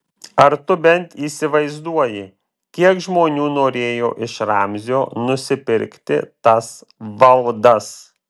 ar tu bent įsivaizduoji kiek žmonių norėjo iš ramzio nusipirkti tas valdas